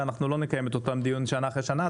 אנחנו לא נקיים את אותו דיון שנה אחרי שנה,